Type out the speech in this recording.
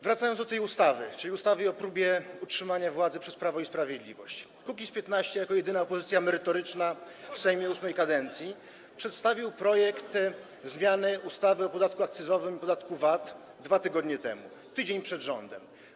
Wracając do tej ustawy, czyli ustawy o próbie utrzymania władzy przez Prawo i Sprawiedliwość, Kukiz’15 jako jedyna opozycja merytoryczna w Sejmie VIII kadencji przedstawił projekt ustawy o zmianie ustawy o podatku akcyzowym i podatku VAT 2 tygodnie temu, tydzień przed rządem.